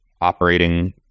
operating